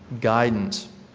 guidance